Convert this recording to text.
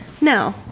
no